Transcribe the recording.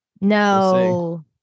no